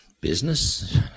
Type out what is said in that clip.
business